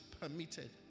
permitted